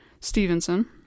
Stevenson